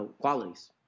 qualities